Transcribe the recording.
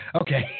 Okay